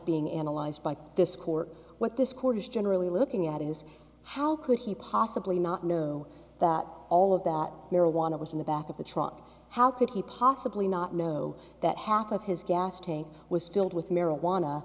being analyzed by this court what this court is generally looking at is how could he possibly not know that all of that marijuana was in the back of the truck how could he possibly not know that half of his gas tank was filled with marijuana